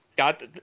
got